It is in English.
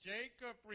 Jacob